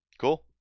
Cool